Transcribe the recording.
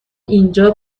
اینجا